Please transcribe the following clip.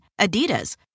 Adidas